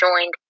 joined